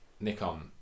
Nikon